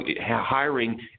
hiring